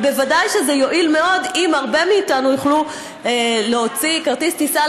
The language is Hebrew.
אבל ודאי שזה יועיל מאוד אם הרבה מאיתנו יוכלו להוציא כרטיס טיסה